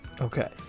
Okay